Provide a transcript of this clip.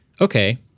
okay